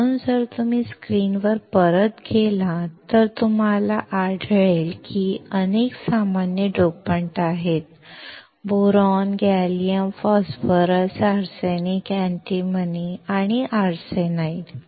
म्हणून जर तुम्ही स्क्रीनवर परत गेलात तर तुम्हाला आढळेल की अनेक सामान्य डोपंट आहेत boron gallium phosphorus arsenic antimony आणि आर्सेनाइड